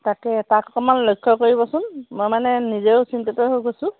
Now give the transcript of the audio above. তাকে তাক অকণমান লক্ষ্য কৰিবচোন মই মানে নিজেও চিন্তিত হৈ গৈছোঁ